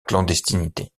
clandestinité